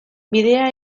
bidea